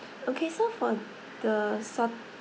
okay so for the salt~